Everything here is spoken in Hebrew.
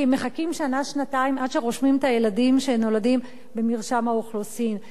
כי הם מחכים שנה-שנתיים עד שרושמים את הילדים שנולדים במרשם האוכלוסין,